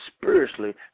spiritually